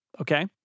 Okay